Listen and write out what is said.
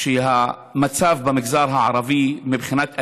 שהמצב במגזר הערבי מבחינת אלימות,